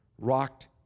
rocked